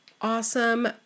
awesome